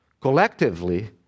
Collectively